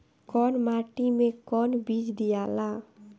कौन माटी मे कौन बीज दियाला?